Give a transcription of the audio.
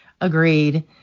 Agreed